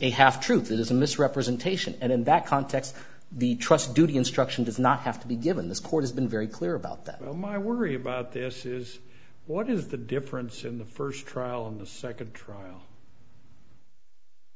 a half truth is a misrepresentation and in that context the trust duty instruction does not have to be given this court has been very clear about that oh my worry about this is what is the difference in the first trial in the second trial